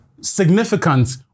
significant